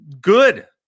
good